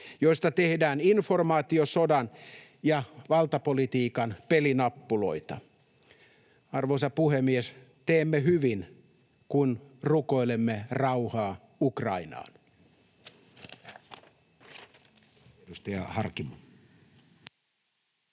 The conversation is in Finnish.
joista tehdään informaatiosodan ja valtapolitiikan pelinappuloita. Arvoisa puhemies! Teemme hyvin, kun rukoilemme rauhaa Ukrainaan.